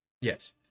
Yes